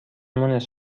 مونس